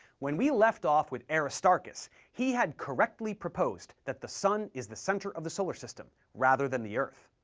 when we left off with aristarchus, he had correctly proposed that the sun is the center of the solar system, rather than the earth.